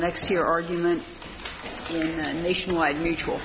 next year argument nationwide mutual